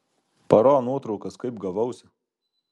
paro nuotraukas kaip gavausi